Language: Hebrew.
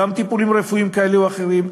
גם טיפולים רפואיים כאלה או אחרים,